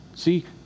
See